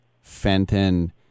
Fenton